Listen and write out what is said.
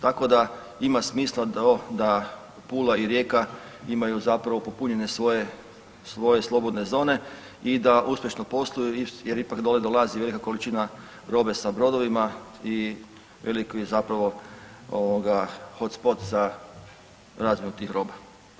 Tako da ima smisla da Pula i Rijeka imaju zapravo popunjene svoje, svoje slobodne zone i da uspješno posluju jer ipak dole dolazi velika količina robe sa brodovima i veliki zapravo ovoga hot spot za razmjenu tih roba.